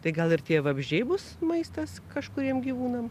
tai gal ir tie vabzdžiai bus maistas kažkuriem gyvūnam